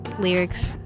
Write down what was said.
lyrics